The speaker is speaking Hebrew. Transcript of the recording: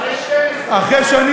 אחרי 24:00,